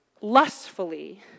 lustfully